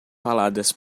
faladas